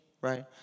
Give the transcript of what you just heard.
right